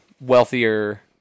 wealthier